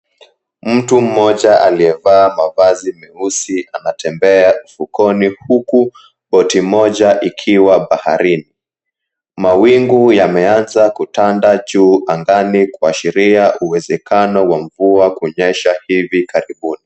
Mtu mmoja aliyevaa mavazi meusi anatembea ufukoni huku boti moja ikiwa baharini. Mawingu yameanza kutanda juu angani kuashiria uwezekano wa mvua kunyesha hivi katibuni.